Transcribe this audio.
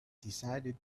decided